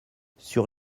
sur